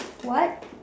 what